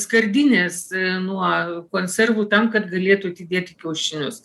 skardinės nuo konservų tam kad galėtų atidėt kiaušinius